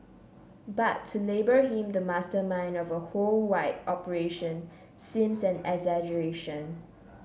but to label him the mastermind of a whole wide operation seems an exaggeration